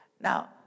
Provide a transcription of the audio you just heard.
Now